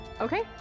Okay